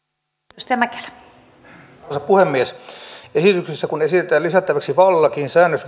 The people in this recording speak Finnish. arvoisa puhemies kun esityksessä esitetään lisättäväksi vaalilakiin säännös